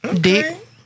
Dick